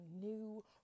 new